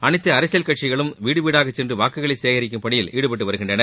அனைத்து அரசியல் கட்சிகளும் வீடு வீடாக சென்று வாக்குகளை சேகரிக்கும் பணியில் ஈடுபட்டு வருகின்றனர்